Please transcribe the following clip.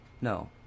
no